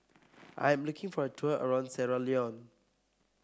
I am looking for a tour around Sierra Leone